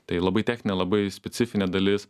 tai labai techninė labai specifinė dalis